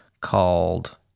called